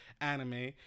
anime